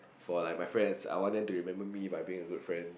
for like my friends I want to remember me by being a good friend